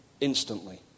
Instantly